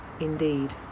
Indeed